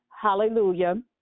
hallelujah